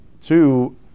Two